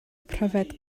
pryfed